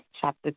chapter